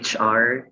HR